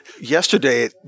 Yesterday